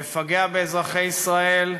מפגע באזרחי ישראל,